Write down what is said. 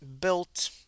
built